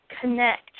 connect